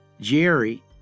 Jerry